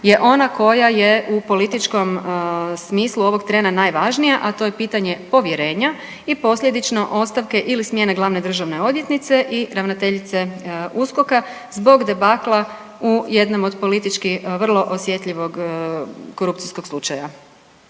je ona koja je u političkom smislu ovog trena najvažnija, a to je pitanje povjerenja i posljedično ostavke ili smjene glavne državne odvjetnice i ravnateljice USKOK-a zbog debakla u jednom od politički vrlo osjetljivog korupcijskog slučaja.